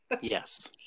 Yes